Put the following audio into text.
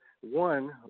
One